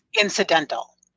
incidental